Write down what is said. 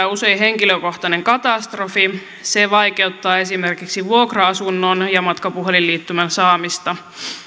on usein henkilökohtainen katastrofi se vaikeuttaa esimerkiksi vuokra asunnon ja matkapuhelinliittymän saamista